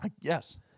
Yes